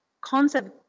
concept